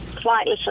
slightly